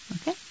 Okay